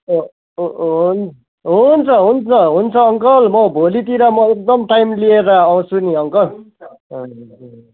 हुन्छ हुन्छ हुन्छ अङ्कल म भोलितिर म एकदम टाइम लिएर आउँछु नि अङकल हुन्छ